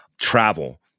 travel